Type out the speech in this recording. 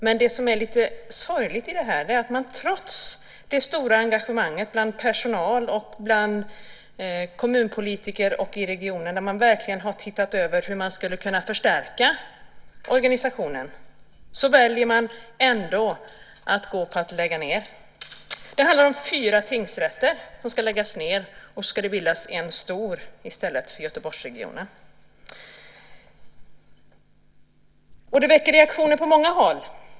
Men det som är lite sorgligt i det här är att man trots det stora engagemanget bland personal, kommunpolitiker och i regionen, där man verkligen har sett över hur man skulle kunna förstärka organisationen, ändå väljer att gå på att lägga ned. Det handlar om fyra tingsrätter som ska läggas ned. Det ska i stället bildas en stor för Göteborgsregionen. Det väcker reaktioner på många håll.